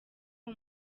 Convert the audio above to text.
uwo